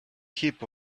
heap